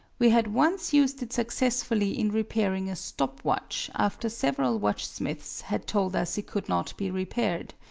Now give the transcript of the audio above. we had once used it successfully in repairing a stop watch after several watchsmiths had told us it could not be repaired.